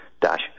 dash